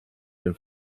den